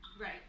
Right